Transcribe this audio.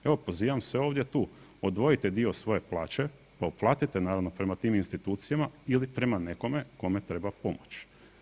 Evo pozivam sve ovdje tu, odvojite dio svoje plaće, pa uplatite naravno prema tim institucijama ili prema nekome kome treba pomoć.